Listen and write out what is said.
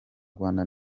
rwanda